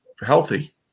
healthy